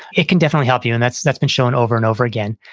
it can definitely help you. and that's that's been shown over and over again.